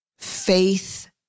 faith